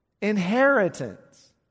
inheritance